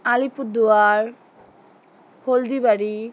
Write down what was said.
Alipurduar Haldibari